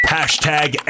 Hashtag